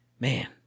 Man